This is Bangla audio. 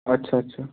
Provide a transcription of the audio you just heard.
আচ্ছা আচ্ছা